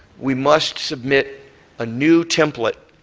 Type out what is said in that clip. we must submit a new template